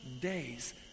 days